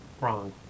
wrong